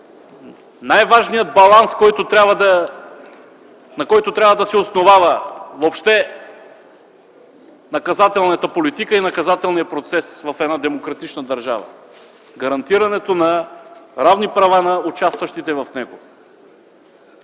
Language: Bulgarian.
най-важния баланс, на който трябва да се основават въобще наказателната политика и наказателният процес в една демократична държава – гарантирането на равни права на участващите в него.